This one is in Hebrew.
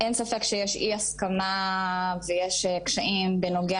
אין ספק שיש אי-הסכמה ויש קשיים בנוגע